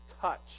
touch